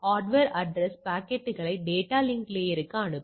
எனவே நாம் மீண்டும் எக்செலையும் பயன்படுத்தலாம்